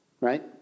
right